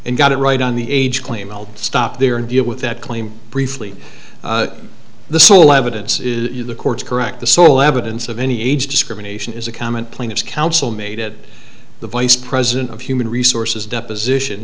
and got it right on the age claim i'll stop there and deal with that claim briefly the sole evidence is the court's correct the sole evidence of any age discrimination is a comment plaintiff's counsel made it the vice president of human resources deposition